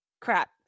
Crap